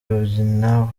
babyina